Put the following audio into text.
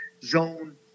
zone